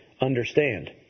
understand